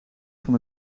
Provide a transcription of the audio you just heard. van